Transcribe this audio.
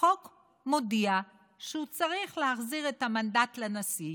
החוק מודיע שהוא צריך להחזיר את המנדט לנשיא,